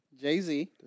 Jay-Z